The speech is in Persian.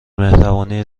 مهربانی